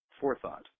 forethought